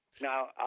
Now